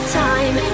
time